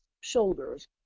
shoulders